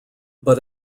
but